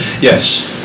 yes